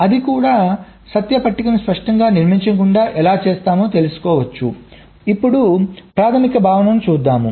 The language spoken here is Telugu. అది కూడా సత్య పట్టికను స్పష్టంగా నిర్మించకుండా ఎలా చేస్తాము తెలుసుకోవచ్చు ఇప్పుడు ప్రాథమిక భావన చూద్దాం